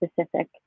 specific